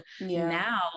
Now